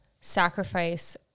sacrifice